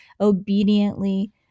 obediently